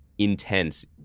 intense